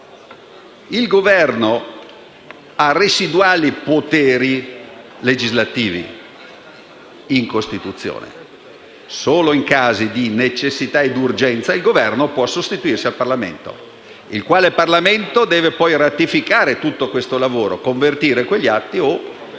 Il Governo ha residuali poteri legislativi in Costituzione. Solo in casi di necessità e urgenza, il Governo può sostituirsi al Parlamento, il quale Parlamento deve poi ratificare tutto il lavoro: o convertire quegli atti o